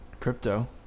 Crypto